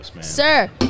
Sir